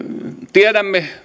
tiedämme